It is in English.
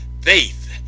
faith